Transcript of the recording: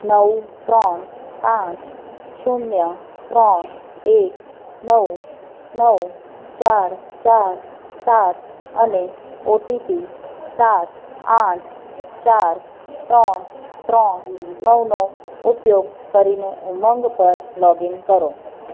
નવ ત્રણ પાંચ શૂન્ય ત્રણ એક નવ નવ ચાર ચાર સાત અને ઓ ટી પી સાત આઠ ચાર ત્રણ ત્રણ નવનો ઉપયોગ કરીને ઉમંગ પર લૉગ ઇન કરો